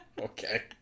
okay